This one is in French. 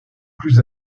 plus